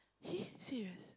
he serious